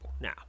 Now